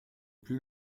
plus